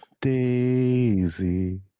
daisy